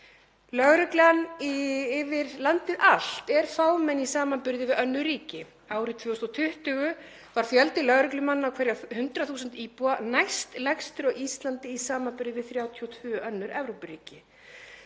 Lögreglan yfir landið allt er fámenn í samanburði við önnur ríki. Árið 2020 var fjöldi lögreglumanna á hverja 100.000 íbúa næstlægstur á Íslandi í samanburði við 32 önnur Evrópuríki.